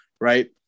right